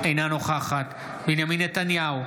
אינה נוכחת בנימין נתניהו,